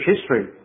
history